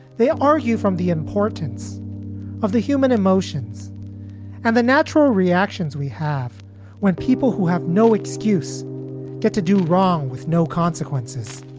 they argue from the importance of the human emotions and the natural reactions we have when people who have no excuse to do wrong with no consequences.